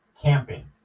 camping